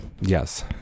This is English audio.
Yes